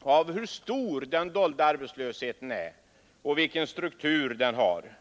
av hur stor den dolda arbetslösheten är och vilken struktur den har.